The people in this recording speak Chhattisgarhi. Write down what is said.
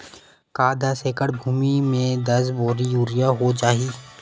का दस एकड़ भुमि में दस बोरी यूरिया हो जाही?